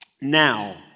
Now